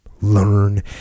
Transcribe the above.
Learn